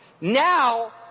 Now